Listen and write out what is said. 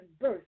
birth